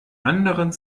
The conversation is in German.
anderen